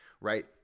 right